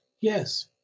Yes